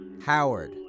Howard